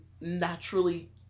naturally